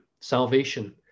salvation